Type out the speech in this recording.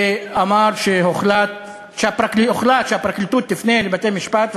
ואמר שהוחלט שהפרקליטות תפנה אל בתי-המשפט.